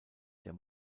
der